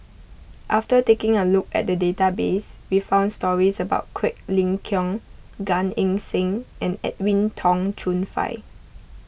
after taking a look at the database we found stories about Quek Ling Kiong Gan Eng Seng and Edwin Tong Chun Fai